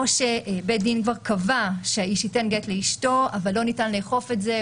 או שבית דין כבר קבע שהאיש ייתן גט לאשתו אבל לא ניתן לאכוף את זה,